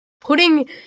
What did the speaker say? putting